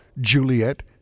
Juliet